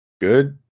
good